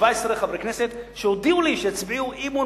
17 חברי כנסת שהודיעו לי שיצביעו אי-אמון